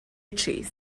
چیز